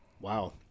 Wow